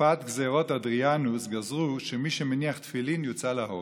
בתקופת גזרות אדריאנוס גזרו שמי שמניח תפילין יוצא להורג.